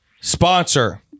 sponsor